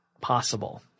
possible